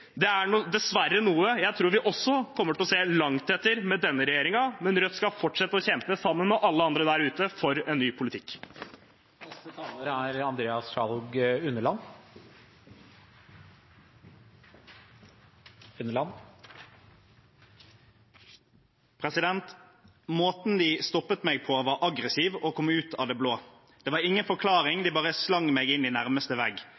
Det er dessverre noe jeg tror vi også kommer til å se langt etter med denne regjeringen, men Rødt skal fortsette å kjempe sammen med alle andre der ute for en ny politikk. «Måten de stoppet meg på var aggressiv og kom ut av det blå. Det var ingen forklaring, de bare slang meg inn i nærmeste